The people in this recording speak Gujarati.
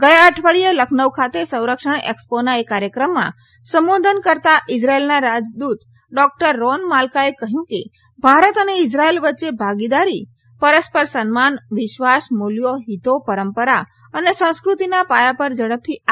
ગયા અઠવાડિયે લખનઉ ખાતે સંરક્ષણ એકસ્પોના એક કાર્યક્રમના સંબોધન કરતા ઇઝરાયેલના રાજદૂત ડોકટર રોન માલ્કાએ કહ્યું કે ભારત અને ઇઝરાયેલ વચ્યે ભાગીદારી પરસ્પર સન્માન વિશ્વાસ મૂલ્યો હિતો પરંપરા અને સંસ્કૃતિના પાયા પર ઝડપથી આગળ વધી રહી છે